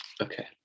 okay